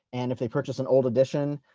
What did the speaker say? and if they purchase an old edition,